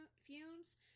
fumes